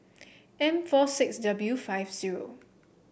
M four six W five zero